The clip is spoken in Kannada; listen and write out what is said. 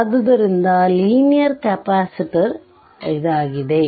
ಆದ್ದರಿಂದ ಲಿನಿಯರ್ ಕೆಪಾಸಿಟರ್ ಆಗಿದೆ